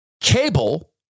cable